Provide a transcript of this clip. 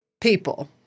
People